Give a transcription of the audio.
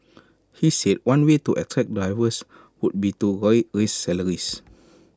he said one way to attract drivers would be to raise salaries